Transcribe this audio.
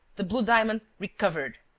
the blue diamond recovered!